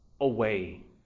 away